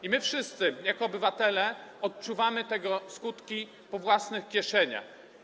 I my wszyscy jako obywatele odczuwamy tego skutki we własnych kieszeniach.